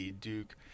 Duke